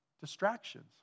distractions